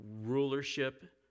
rulership